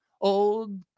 old